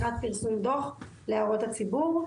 לקראת פרסום דו"ח להערות הציבור.